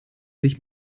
sich